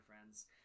friends